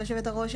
היושבת-הראש,